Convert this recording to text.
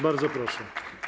Bardzo proszę.